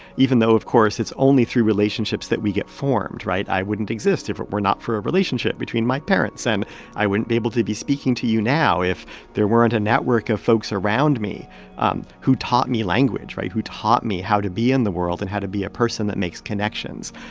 even though, of course, it's only through relationships that we get formed, right? i wouldn't exist if it were not for a relationship between my parents. and i wouldn't be able to be speaking to you now if there weren't a network of folks around me um who taught me language right? who taught me how to be in the world and how to be a person that makes connections.